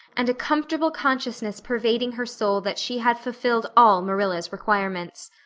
and a comfortable consciousness pervading her soul that she had fulfilled all marilla's requirements.